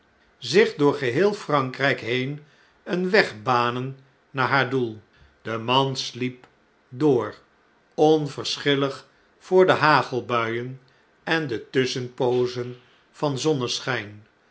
zich door geheel frankr a k heen een weg banen naar haar doel de man sliep door onverschillig voordehagelbuien en de tusschenpoozen van zonneschp